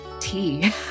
tea